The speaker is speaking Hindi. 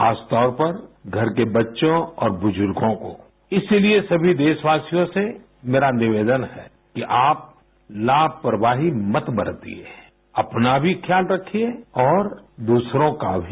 खासतौर पर घर के बच्चों और बुजुर्गों को इसीलिए सभी देशवासियों से मेरा निवेदन है कि आप लापरवाही मत बरतिये अपना भी ख्याल रखिए और दूसरों का भी